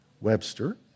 Webster